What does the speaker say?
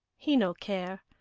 he no care,